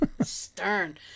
Stern